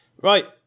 Right